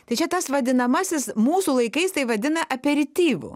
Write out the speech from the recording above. tai čia tas vadinamasis mūsų laikais tai vadina aperityvu